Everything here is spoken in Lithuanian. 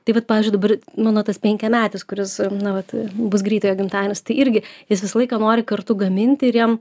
tai vat pavyzdžiui dabar mano tas penkiametis kuris na vat bus greitai jo gimtadienis tai irgi jis visą laiką nori kartu gaminti ir jam